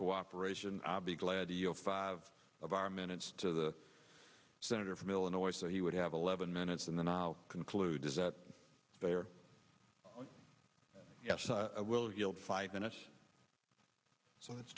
cooperation i'll be glad to you know five of our minutes to the senator from illinois so he would have eleven minutes and then i'll conclude is that they are yes i will yield five minutes so